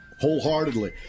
Wholeheartedly